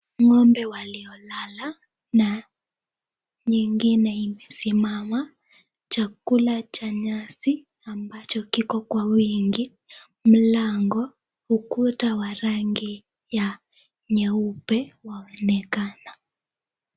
Ng'ombe waliolala na nyingine imesimama, chakula cha nyasi ambacho kiko kwa wingi, mlango ukuta wa rangi ya nyeupe waonekana.